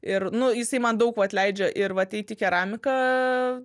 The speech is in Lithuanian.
ir nu jisai man daug vat leidžia ir vat eit į keramiką